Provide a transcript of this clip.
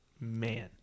man